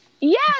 Yes